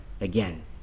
again